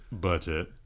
budget